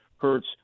Hertz